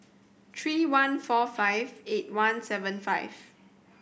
three one four five eight one seven five